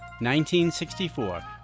1964